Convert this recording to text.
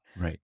Right